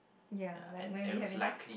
ya like when we have